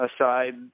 aside